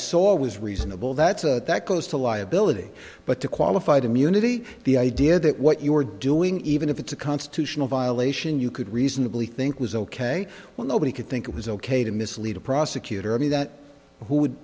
saw was reasonable that's a that goes to liability but to qualified immunity the idea that what you're doing even if it's a constitutional violation you could reasonably think was ok well nobody could think it was ok to mislead a prosecutor i mean that who would